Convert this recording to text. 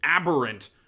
aberrant